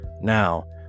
now